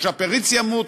או שהפריץ ימות,